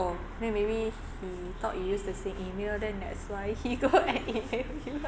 oh then maybe he thought you use the same email then that's why he go and email you